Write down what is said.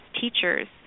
teachers